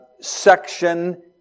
section